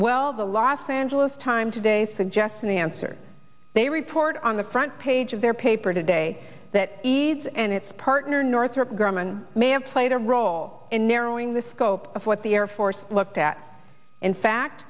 well the los angeles times today suggested the answer they report on the front page of their paper today that eads and its partner northrop grumman may have played a role in narrowing the scope of what the air force looked at in fact